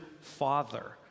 father